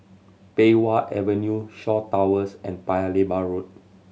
Pei Wah Avenue Shaw Towers and Paya Lebar Road